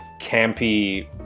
campy